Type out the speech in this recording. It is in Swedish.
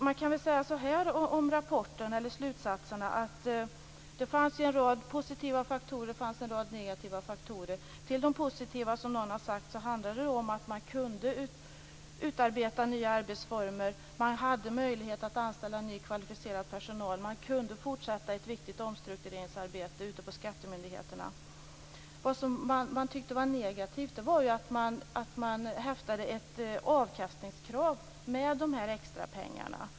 Man kan säga att slutsatserna i rapporten visade på en rad positiva faktorer och en rad negativa faktorer. Till de positiva faktorerna hörde, som någon har sagt, att man kunde utarbeta nya arbetsformer, att man hade möjlighet att anställa ny kvalificerad personal och att man kunde fortsätta ett viktigt omstruktureringsarbete ute på skattemyndigheterna. Det som man tyckte var negativt var att ett avkastningskrav häftades till de extra pengarna.